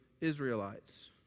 Israelites